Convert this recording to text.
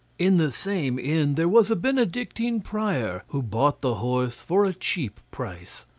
in the same inn there was a benedictine prior who bought the horse for a cheap price.